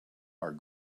are